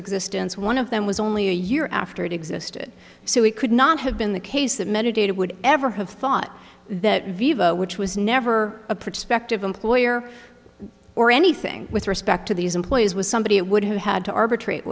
existence one of them was only a year after it existed so he could not have been the case that meditative would ever have thought that viva which was never a prospective employer or anything with respect to these employees was somebody who would who had to arbitra